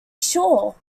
sure